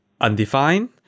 undefined